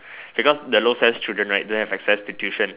because the low S_E_S children right don't have access to tuition